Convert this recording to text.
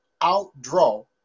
outdraw